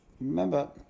Remember